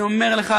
אני אומר לך,